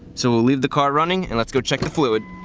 so we'll leave the car running and let's go check the fluid.